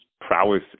prowess